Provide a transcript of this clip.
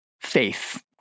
faith